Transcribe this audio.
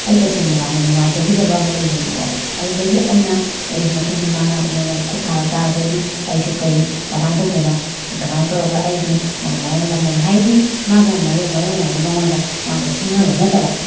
ꯑꯩ ꯇꯁꯦꯡꯅ ꯌꯥꯝꯅ ꯅꯨꯡꯉꯥꯏꯖꯈꯤꯗꯕ ꯑꯃ ꯂꯩꯈꯤꯕ ꯀꯣ ꯑꯗꯨꯗꯒꯤ ꯑꯩꯅ ꯑꯦ ꯃꯁꯤꯗꯤ ꯃꯥꯅ ꯑꯩꯉꯣꯟꯗ ꯈꯨꯠ ꯊꯥꯔꯛ ꯇꯥꯔꯒꯗꯤ ꯑꯩꯁꯨ ꯀꯔꯤ ꯀꯃꯥꯏꯅ ꯇꯧꯗꯅ ꯀꯃꯥꯏꯅ ꯇꯧꯔꯒ ꯑꯩꯁꯨ ꯑꯗꯨꯃꯥꯏꯅ ꯂꯃꯟ ꯍꯥꯏꯗꯤ ꯃꯥꯒ ꯃꯥꯏꯌꯣꯛꯅꯔꯒ ꯃꯉꯣꯟꯗ ꯃꯥꯒ ꯁꯤꯡꯅꯕ ꯅꯠꯇꯕ